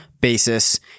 basis